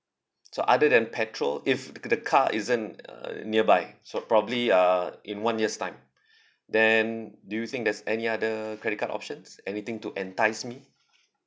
so other than petrol if the car isn't uh nearby so probably uh in one year's time then do you think there's any other credit card options anything to entice me